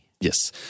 Yes